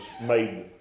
made